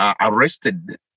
arrested